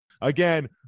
Again